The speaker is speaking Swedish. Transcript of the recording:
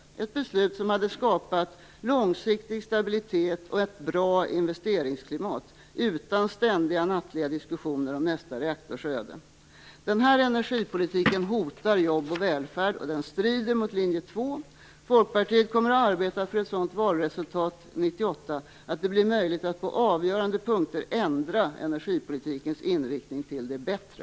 Det skulle ha skapat långsiktig stabilitet och ett bra investeringsklimat utan ständiga nattliga diskussioner om nästa reaktors öde. Den här energipolitiken hotar jobb och välfärd. Den strider mot linje 2. Folkpartiet kommer att arbeta för ett valresultat 1998 som gör det möjligt att på avgörande punkter ändra energipolitikens inriktning till det bättre.